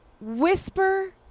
whisper